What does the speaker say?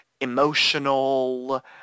emotional